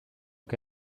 che